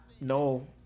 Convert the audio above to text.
No